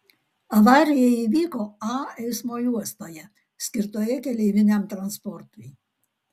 avarija įvyko a eismo juostoje skirtoje keleiviniam transportui